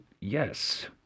yes